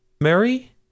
Mary